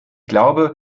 glaube